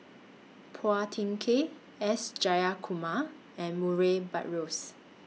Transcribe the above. Phua Thin Kiay S Jayakumar and Murray Buttrose